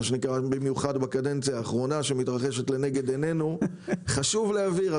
במיוחד בקדנציה האחרונה חשוב להבהיר,